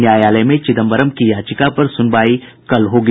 न्यायालय में चिदंबरम की याचिका पर सुनवाई कल होगी